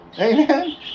Amen